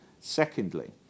Secondly